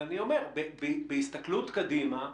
בהסתכלות קדימה,